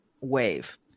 wave